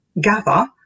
gather